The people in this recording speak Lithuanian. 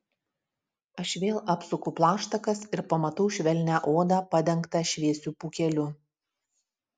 aš vėl apsuku plaštakas ir pamatau švelnią odą padengtą šviesiu pūkeliu